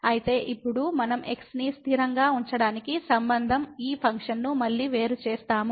అయితే ఇప్పుడు మనం x ని స్థిరంగా ఉంచడానికి సంబంధించి ఈ ఫంక్షన్ను మళ్ళీ వేరు చేస్తాము